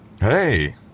Hey